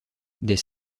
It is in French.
des